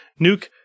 Nuke